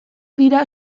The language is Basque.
dira